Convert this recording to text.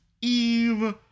Eve